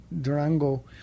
Durango